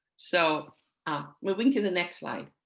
so ah moving to the next slide.